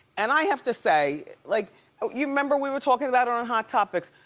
and i have to say, like you remember we were talking about her on hot topics,